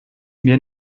mir